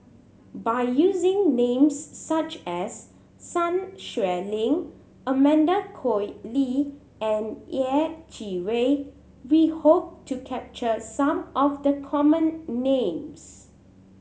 by using names such as Sun Xueling Amanda Koe Lee and Yeh Chi Wei we hope to capture some of the common names